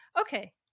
Okay